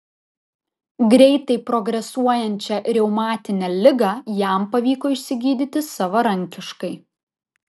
greitai progresuojančią reumatinę ligą jam pavyko išsigydyti savarankiškai